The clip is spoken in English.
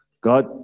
God